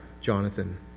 Jonathan